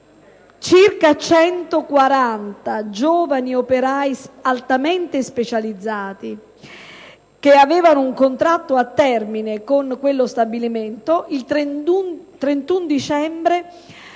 Circa 140 giovani operai altamente specializzati, che avevano un contratto a termine con quello stabilimento, il 31 dicembre